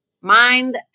mind